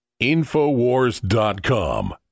InfoWars.com